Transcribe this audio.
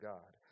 God